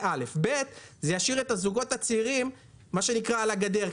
דבר שני, זה ישאיר את הזוגות הצעירים על הגדר.